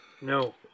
No